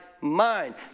mind